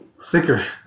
Sticker